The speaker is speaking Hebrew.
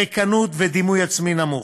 ריקנות ודימוי עצמי נמוך.